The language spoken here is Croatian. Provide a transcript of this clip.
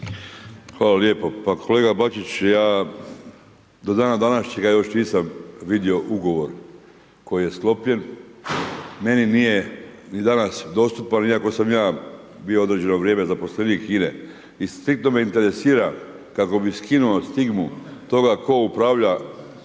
Hvala lijepo. Pa kolega Bačić, ja do dana današnjega još nisam vidio ugovor koji je sklopljen. Meni nije ni danas dostupan iako sam ja bio određeno vrijeme zaposlenik INA-a i striktno me interesira kako bi skinuo stigmu toga tko upravlja